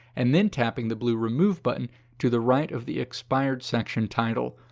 and then tapping the blue remove button to the right of the expired section title.